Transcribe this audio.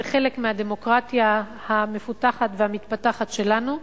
זה חלק מהדמוקרטיה המפותחת והמתפתחת שלנו,